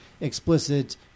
explicit